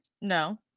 no